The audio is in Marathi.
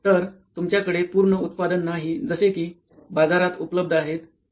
तर तुमच्या कडे पूर्ण उत्पादन नाही जसे कि बाजारात उपलब्ध आहेत